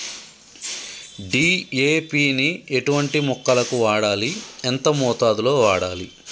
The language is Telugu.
డీ.ఏ.పి ని ఎటువంటి మొక్కలకు వాడాలి? ఎంత మోతాదులో వాడాలి?